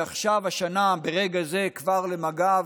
ועכשיו, השנה, ברגע זה, כבר למג"ב